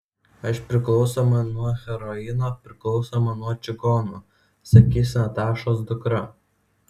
aš priklausoma nuo heroino priklausoma nuo čigonų sakys natašos dukra